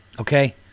Okay